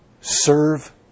serve